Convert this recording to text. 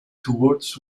towards